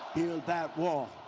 build that wall.